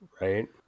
right